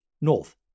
north